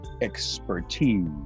expertise